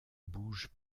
bouge